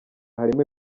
harimo